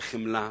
לחמלה,